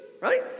right